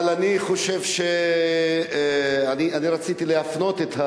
אבל אני רציתי להפנות את,